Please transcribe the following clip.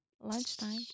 Lunchtime